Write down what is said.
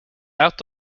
out